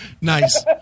Nice